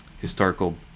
historical